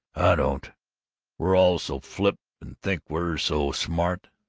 i don't we're all so flip and think we're so smart.